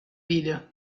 video